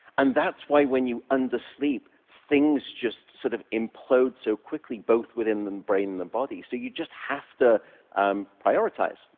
and that's why when you undersleep, things just sort of implode so quickly, both within the brain and the body. so you just have to um prioritize.